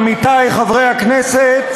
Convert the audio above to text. עמיתי חברי הכנסת,